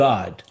God